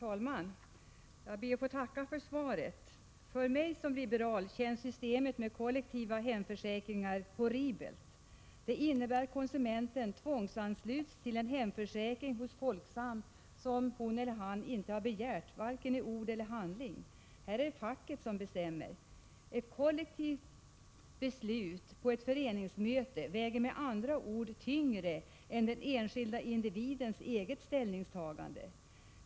Herr talman! Jag ber att få tacka för svaret. För mig som liberal känns systemet med kollektiva hemförsäkringar horribelt. Det innebär att konsumenten tvångsansluts till en hemförsäkring hos Folksam som hon eller han inte har begärt, varken i ord eller i handling. Här är det facket som bestämmer. Ett kollektivt beslut på ett föreningsmöte väger med andra ord tyngre än den enskilde individens eget ställningstagande.